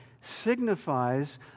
signifies